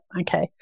okay